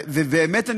באמת,